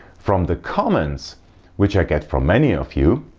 from the comments which i get from many of you